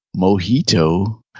mojito